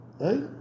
right